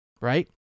Right